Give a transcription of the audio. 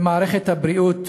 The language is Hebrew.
במערכת הבריאות,